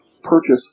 purchase